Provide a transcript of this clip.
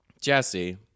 Jesse